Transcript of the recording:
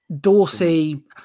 Dorsey